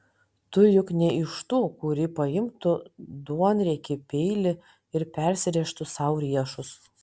tu juk ne iš tų kuri paimtų duonriekį peilį ir persirėžtų sau riešus